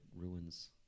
ruins